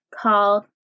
called